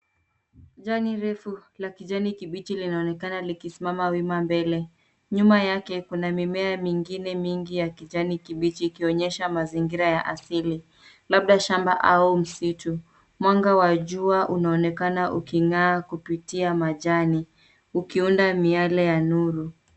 Jani refu la kijani kibichi linaonekana likisimama wima mbele. Nyuma yake kuna mimea mingine mingi ya kijani kibichi ikionyesha mazingira ya asili labda shamba au msitu. Mwanga wa jua unaonekana uking'aa kupitia majani ukiunda miale ya nuru.